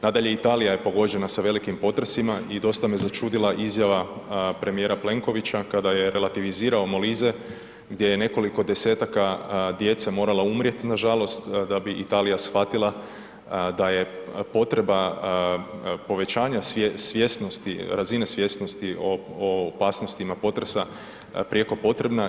Nadalje, Italija je pogođena sa velikim potresima i dosta me začudila izjava premijera Plenkovića kada je relativizirao Molize gdje je nekoliko desetaka djece morala umrijeti na žalost da bi Italija shvatila da je potreba povećanja svjesnosti razine svjesnosti o opasnostima potresa prijeko potrebna.